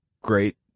great